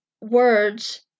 words